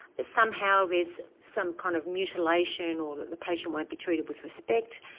that somehow there's some kind of mutilation or that the patient won't be treated with respect,